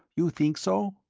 you think so?